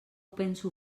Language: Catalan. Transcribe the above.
penso